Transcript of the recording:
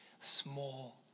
small